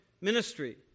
ministry